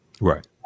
Right